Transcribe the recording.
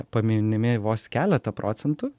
paminimi vos keletą procentų